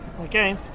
Okay